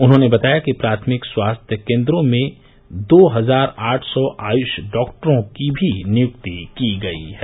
उन्होंने बताया कि प्राथमिक स्वास्थ्य केन्द्रों में दो हजार आठ सौ आयुष डॉक्टरों की भी नियुक्ति की गयी है